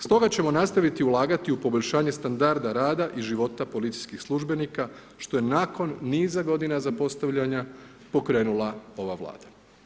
Stoga ćemo nastaviti ulagati u poboljšanje standarda rada i života policijskih službenika što je nakon niza godina zapostavljanja, pokrenula ova Vlada.